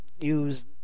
use